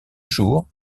jours